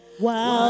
Wow